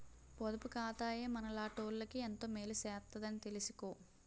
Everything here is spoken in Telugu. పొదుపు ఖాతాయే మనలాటోళ్ళకి ఎంతో మేలు సేత్తదని తెలిసుకో